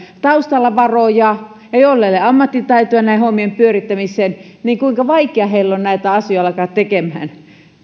taustalla varoja ja joilla ei ole ammattitaitoa näiden hommien pyörittämiseen kuinka vaikea heidän on näitä asioita alkaa tekemään